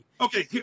Okay